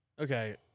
Okay